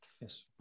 yes